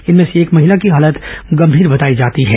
इनमें से एक महिला की हालत गंभीर बताई जाती है